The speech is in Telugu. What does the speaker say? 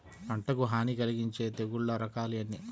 పంటకు హాని కలిగించే తెగుళ్ళ రకాలు ఎన్ని?